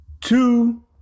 two